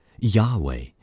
Yahweh